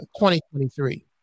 2023